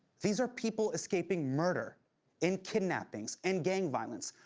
these are people escaping murder and kidnappings and gang violence.